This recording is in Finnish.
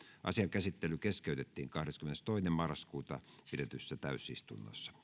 asian käsittely keskeytettiin kahdeskymmenestoinen yhdettätoista kaksituhattayhdeksäntoista pidetyssä täysistunnossa